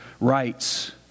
rights